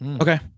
Okay